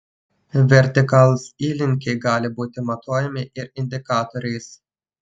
vertikalūs įlinkiai gali būti matuojami ir indikatoriais